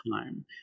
time